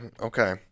Okay